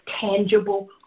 tangible